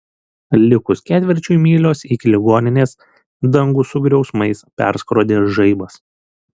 likus ketvirčiui mylios iki ligoninės dangų su griausmais perskrodė žaibas